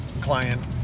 client